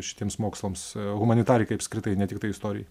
šitiems mokslams humanitarikai apskritai ne tiktai istorijai